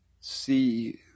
see